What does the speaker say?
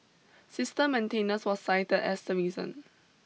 system maintenance was cited as the reason